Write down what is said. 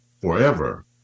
forever